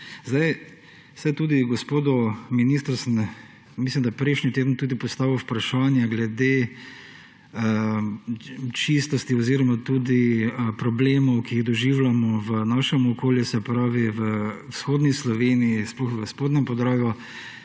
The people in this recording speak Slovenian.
barve. Tudi gospodu ministru sem, mislim, da prejšnji teden, tudi postavil vprašanje glede čistosti oziroma tudi problemov, ki jih doživljamo v našem okolju, se pravi v vzhodni Sloveniji, sploh v Spodnjem Podravju